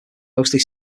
mostly